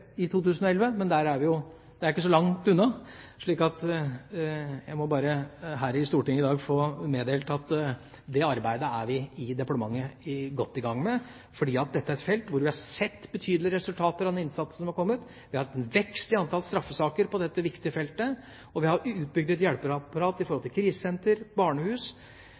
Det er ikke så langt unna, så jeg må her i Stortinget i dag bare få meddele at det arbeidet er vi i departementet godt i gang med. Dette er et felt hvor vi har sett betydelige resultater av den innsatsen som har kommet. Vi har hatt en vekst i antall straffesaker på dette viktige feltet, og vi har bygd ut et hjelpeapparat i form av krisesentre og barnehus.